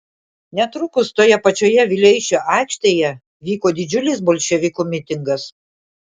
netrukus toje pačioje vileišio aikštėje vyko didžiulis bolševikų mitingas